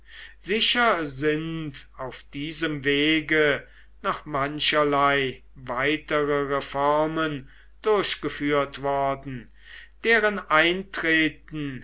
sicher sind auf diesem wege noch mancherlei weitere reformen durchgeführt worden deren eintreten